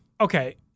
Okay